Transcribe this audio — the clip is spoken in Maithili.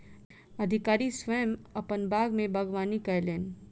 अधिकारी स्वयं अपन बाग में बागवानी कयलैन